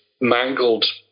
mangled